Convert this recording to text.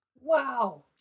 Wow